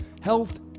Health